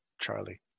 Charlie